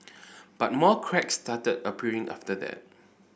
but more cracks started appearing after that